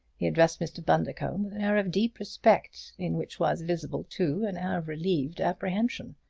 he addressed mr. bundercombe with an air of deep respect in which was visible, too, an air of relieved apprehension.